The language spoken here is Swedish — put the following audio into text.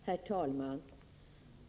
Herr talman!